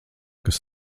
kas